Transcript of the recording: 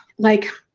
like,